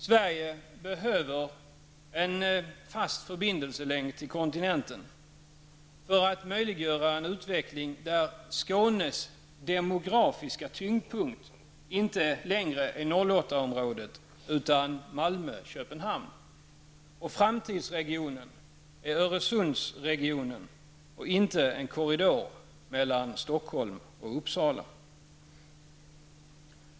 Sverige behöver en fast förbindelselänk till kontinenten för att möjliggöra en utveckling där Skånes demografiska tyngdpunkt inte längre är 08 Framtidsregionen är Öresundsregionen och inte en korridor mellan Stockholm och Uppsala.